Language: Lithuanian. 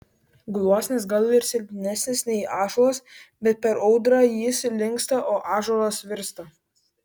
gluosnis gal ir silpnesnis nei ąžuolas bet per audrą jis linksta o ąžuolas virsta